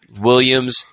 Williams